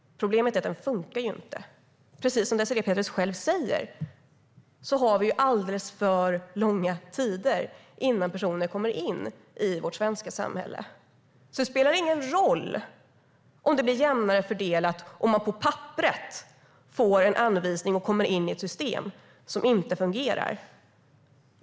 Problemet är bara att den inte funkar. Precis som Désirée Pethrus själv säger tar det alldeles för lång tid för personer att komma in i vårt svenska samhälle. Det spelar ingen roll om det blir jämnare fördelat när det bara handlar om att man på papper får en anvisning och kommer in i ett system som inte fungerar.